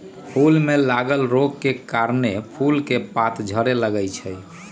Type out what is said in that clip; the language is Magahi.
फूल में लागल रोग के कारणे फूल के पात झरे लगैए छइ